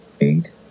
eight